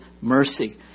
mercy